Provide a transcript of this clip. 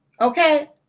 okay